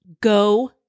go